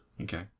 Okay